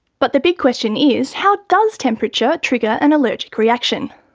but the big question is how does temperature trigger an allergic reaction?